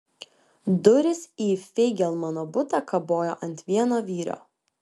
durys į feigelmano butą kabojo ant vieno vyrio